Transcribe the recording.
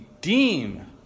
deem